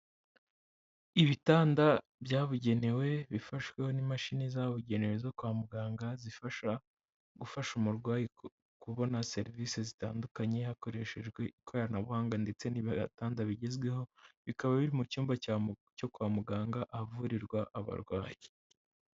Ibitanda byabugenewe bifashwe n'imashini zabugenewe zo kwa muganga zifasha gufasha umurwayi kubona serivisi zitandukanye hakoreshejwe ikoranabuhanga ndetse n'ibitanda bigezweho, bikaba biri mu cyumba cyo kwa muganga ahavurirwa abarwayi.